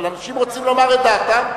אבל אנשים רוצים לומר את דעתם.